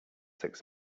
six